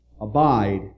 Abide